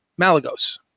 Malagos